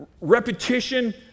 Repetition